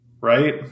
Right